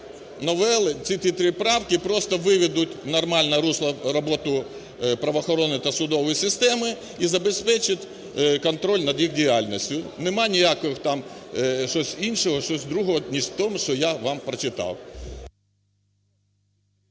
новели, ці три правки просто виведуть в нормальне русло роботу правоохоронної та судової системи і забезпечать контроль над їх діяльністю. Немає ніяких там, щось іншого, щось другого, ніж в тому, що я вам прочитав.